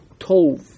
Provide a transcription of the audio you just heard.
Tov